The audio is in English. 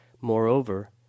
Moreover